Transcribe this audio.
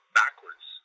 backwards